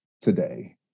today